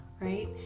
right